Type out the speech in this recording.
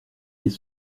les